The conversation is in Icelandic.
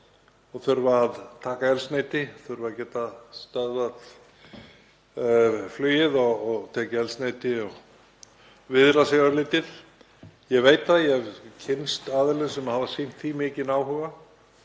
og þurfa að taka eldsneyti, þurfa að geta stöðvað flugið og tekið eldsneyti og viðrað sig örlítið. Ég veit það, ég hef kynnst aðilum sem hafa sýnt því mikinn áhuga